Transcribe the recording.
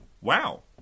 wow